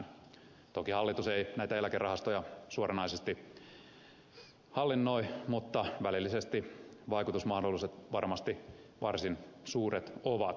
toki hallitus ei näitä eläkerahastoja suoranaisesti hallinnoi mutta välillisesti vaikutusmahdollisuudet varmasti varsin suuret ovat